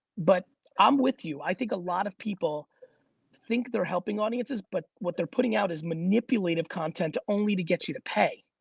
but i'm with you. i think a lot of people think they're helping audiences, but what they're putting out is manipulative content only to get you to pay.